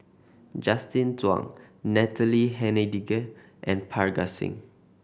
Justin Zhuang Natalie Hennedige and Parga Singh